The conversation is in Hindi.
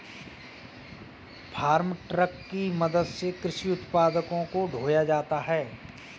फार्म ट्रक की मदद से कृषि उत्पादों को ढोया जाता है